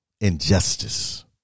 injustice